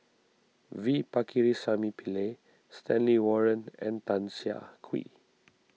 V Pakirisamy Pillai Stanley Warren and Tan Siah Kwee